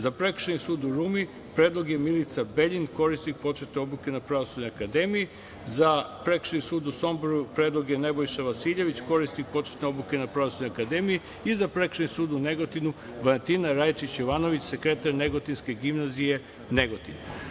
Za Prekršajni sud u Rumi, predlog je Milica Beljin, korisnik početne obuke na Pravosudnoj akademiji, za Prekršajni sud u Somboru predlog je Nebojša Vasiljević, korisnik početne obuke na Pravosudnoj akademiji i za Prekršajni sud u Negotinu Valentina Rajačić Jovanović, sekretar Negotinske gimnazije Negotin.